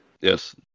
Yes